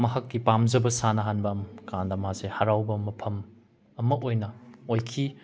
ꯃꯍꯥꯛꯀꯤ ꯄꯥꯝꯖꯕ ꯁꯥꯟꯅꯍꯟꯕ ꯀꯥꯟꯗ ꯃꯥꯁꯦ ꯍꯔꯥꯎꯕ ꯃꯐꯝ ꯑꯃ ꯑꯣꯏꯅ ꯑꯣꯏꯈꯤ